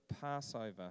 Passover